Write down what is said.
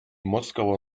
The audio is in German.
moskauer